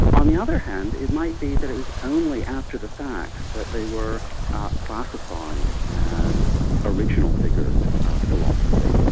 on the other hand it might be that it was only after the fact that they were classified as original figures of philosophy.